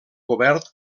cobert